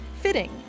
fitting